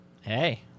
Hey